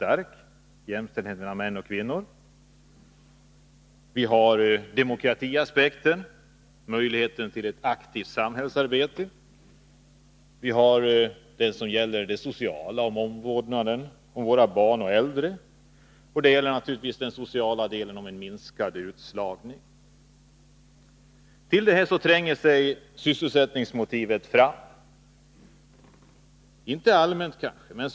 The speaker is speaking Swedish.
Andra motiv är demokratiaspekten — möjligheten till ett aktivt samhällsarbete — och de sociala aspekterna, dvs. möjligheterna till omvårdnad om våra barn och äldre och möjligheterna till en minskad utslagning. Till detta kommer så sysselsättningsmotivet, som nu tränger sig fram.